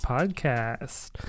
Podcast